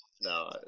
No